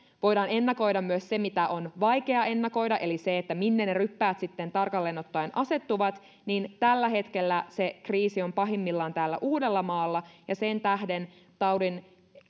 voidaan ennakoida myös se mitä on vaikea ennakoida eli se minne ne ryppäät sitten tarkalleen ottaen asettuvat niin tällä hetkellä se kriisi on pahimmillaan täällä uudellamaalla ja sen tähden taudin